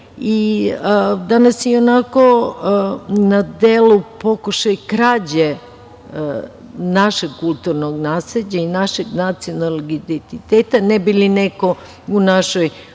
je ionako na delu pokušaj krađe našeg kulturnog nasleđa i našeg nacionalnog identiteta, ne bi li neko u našoj